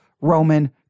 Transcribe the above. Roman